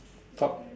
top